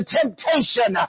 temptation